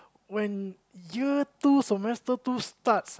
when year two semester two starts